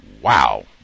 wow